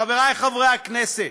חברי חברי הכנסת,